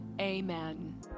Amen